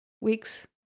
weeks